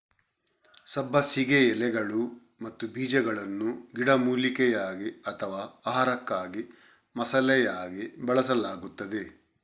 ಸಬ್ಬಸಿಗೆ ಎಲೆಗಳು ಮತ್ತು ಬೀಜಗಳನ್ನು ಗಿಡಮೂಲಿಕೆಯಾಗಿ ಅಥವಾ ಆಹಾರಕ್ಕಾಗಿ ಮಸಾಲೆಯಾಗಿ ಬಳಸಲಾಗುತ್ತದೆ